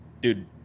Dude